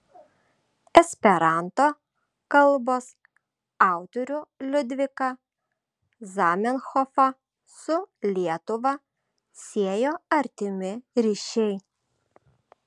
esperanto kalbos autorių liudviką zamenhofą su lietuva siejo artimi ryšiai